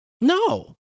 No